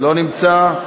לא נמצא.